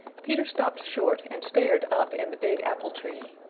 peter stopped short and stared up in the big apple-tree.